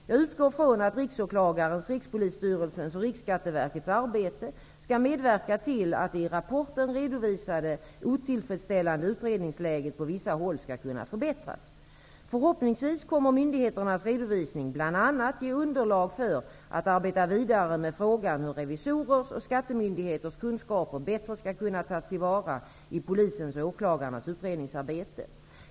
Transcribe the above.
Jag utgår från att riksåklagarens, Rikspolisstyrelsens och Riksskatteverkets arbete skall medverka till att det i rapporten redovisade otillfredsställande utredningsläget på vissa håll skall kunna förbättras. Förhoppningsvis kommer myndigheternas redovisning bl.a. att ge underlag att arbeta vidare med frågan hur revisorers och skattemyndigheters kunskaper bättre skall kunna tas till vara i polisens och åklagarnas utredningsarbete.